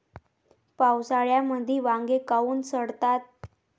पावसाळ्यामंदी वांगे काऊन सडतात?